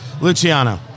Luciano